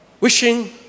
wishing